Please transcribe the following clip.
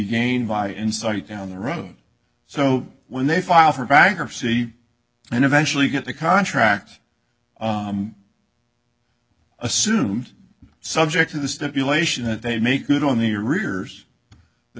gained by insight down the road so when they file for bankruptcy and eventually get the contract assume subject to the stipulation that they make good on the